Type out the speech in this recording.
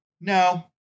No